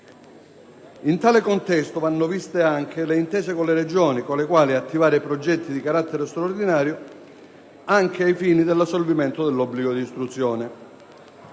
In tale contesto vanno viste anche le intese con le Regioni con le quali attivare progetti di carattere straordinario anche ai fini dell'assolvimento dell'obbligo di istruzione.